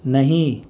نہیں